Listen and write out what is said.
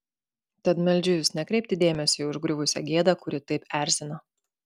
tad meldžiu jus nekreipti dėmesio į užgriuvusią gėdą kuri taip erzina